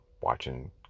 watching